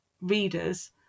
readers